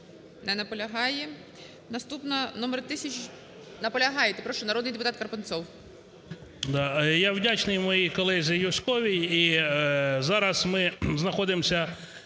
Я вдячний моїй колезі Юзьковій.